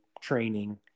training